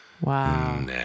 Wow